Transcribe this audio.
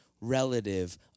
relative